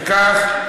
אז אני יכול ללכת?